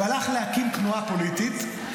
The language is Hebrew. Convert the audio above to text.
והלך להקים תנועה פוליטית.